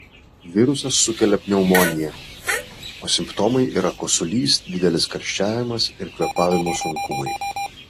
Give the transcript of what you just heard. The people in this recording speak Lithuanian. virusas sukelia pneumoniją o simptomai yra kosulys didelis karščiavimas ir kvėpavimo sunkumai